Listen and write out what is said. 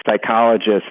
psychologists